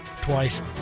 twice